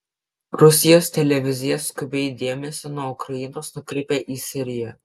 rusijos televizija skubiai dėmesį nuo ukrainos nukreipia į siriją